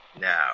Now